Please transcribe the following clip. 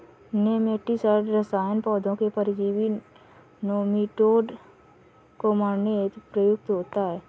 nematicide रसायन पौधों के परजीवी नोमीटोड को मारने हेतु प्रयुक्त होता है